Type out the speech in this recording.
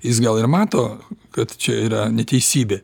jis gal ir mato kad čia yra neteisybė